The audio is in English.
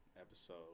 episode